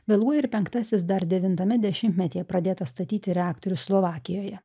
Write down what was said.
vėluoja ir penktasis dar devintame dešimtmetyje pradėtas statyti reaktorius slovakijoje